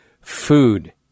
food